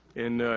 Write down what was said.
and,